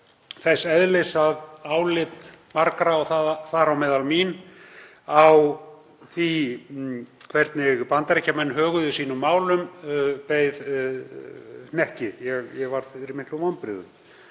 þess eðlis að álit margra, þar á meðal mín, á því hvernig Bandaríkjamenn höguðu sínum málum beið hnekki. Ég varð fyrir miklum vonbrigðum.